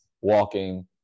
walking